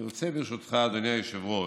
אני רוצה, ברשותך, אדוני היושב-ראש,